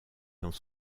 dans